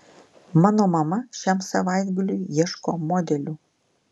mano mama šiam savaitgaliui ieško modelių